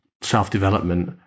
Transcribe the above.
self-development